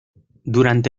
durante